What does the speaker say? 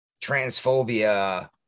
transphobia